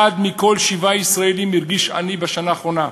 אחד מתוך שבעה ישראלים הרגיש עני בשנה האחרונה.